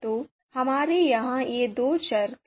तो हमारे यहाँ ये दो चर क्यों हैं